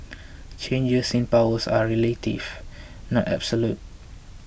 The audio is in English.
changes in power are relative not absolute